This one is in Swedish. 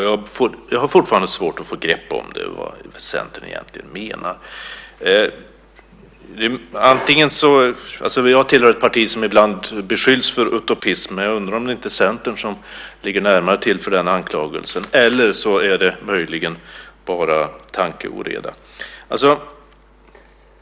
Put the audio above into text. Jag har fortfarande svårt att få grepp om vad Centern egentligen menar. Jag tillhör ett parti som ibland beskyllts för utopism. Jag undrar om inte Centern ligger närmare till den anklagelsen, eller så är det möjligen bara tankeoreda.